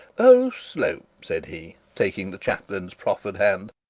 oh, slope said he, taking the chaplain's proffered hand.